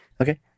okay